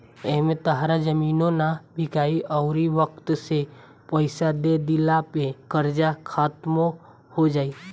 एमें तहार जमीनो ना बिकाइ अउरी वक्त से पइसा दे दिला पे कर्जा खात्मो हो जाई